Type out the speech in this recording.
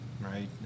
right